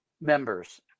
members